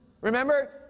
Remember